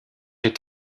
est